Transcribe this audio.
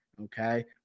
okay